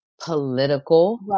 political